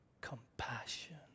compassion